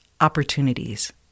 opportunities